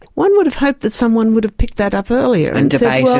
one would've hoped that someone would've picked that up earlier and yeah yeah